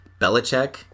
Belichick